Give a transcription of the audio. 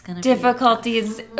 difficulties